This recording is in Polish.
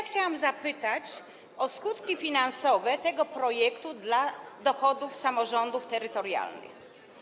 Chciałam zapytać o skutki finansowe tej ustawy dla dochodów samorządów terytorialnych.